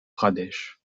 pradesh